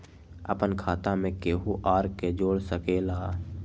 अपन खाता मे केहु आर के जोड़ सके ला?